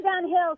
downhill